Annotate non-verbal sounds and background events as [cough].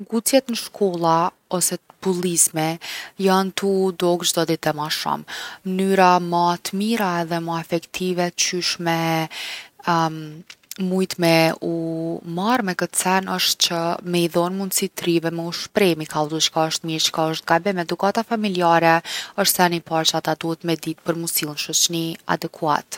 Ngucjet n’shkolla ose bullizmi jon tu u dok çdo ditë e ma shumë. Mnyra ma t’mira edhe ma efektive qysh me [hesitation] mujt me u marrë me kët sen osht që me ju dhon mundsi t’rijve m’u shpreh, m’i kallzu çka osht mirë çka osht gabim. Edukata familjare osht seni i parë që ata duhet me ditë për mu sill n’shoqni adekuat’.